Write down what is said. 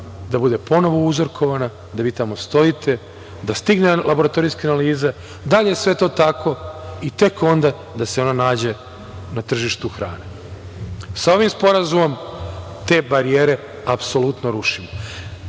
da bude ponovo uzorkovana, da vi tamo stojite, da stignu laboratorijske analize, da li je sve to tako i tek onda da se ona nađe na tržištu hrane. Sa ovim sporazumom te barijere apsolutno rušimo.